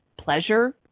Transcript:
pleasure